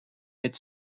had